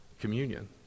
communion